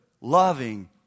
Loving